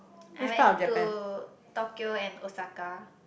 I went to Tokyo and Osaka